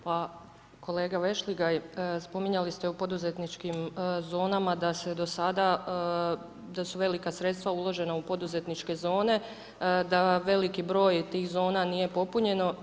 Pa kolega Vešligaj, spominjali ste u poduzetničkim zonama, da se do sada da su velika sredstva uložena u poduzetničke zone, da veliki broj tih zona nije popunjeno.